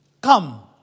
Come